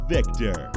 Victor